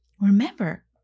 remember